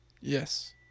Yes